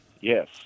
Yes